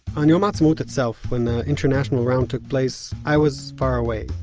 on yom ha'atzmaut itself, when the international round took place, i was far away.